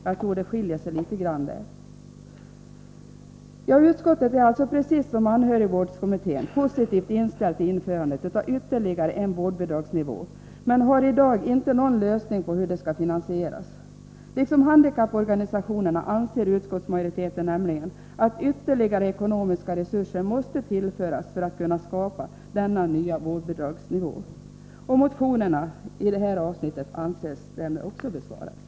Jag tror att det finns vissa skillnader i det avseendet. Utskottet, liksom anhörigvårdskommittén, är alltså positivt inställt till införandet av ytterligare en vårdbidragsnivå. Men man har i dag inte någon lösning när det gäller finansieringen. Liksom handikapporganisationerna anser utskottsmajoriteten nämligen att ytterligare ekonomiska resurser måste tillföras för att möjliggöra denna nya vårdbidragsnivå. Motionerna i det här avsnittet får härmed anses vara behandlade.